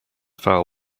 fell